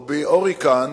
או בהוריקן